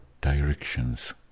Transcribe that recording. directions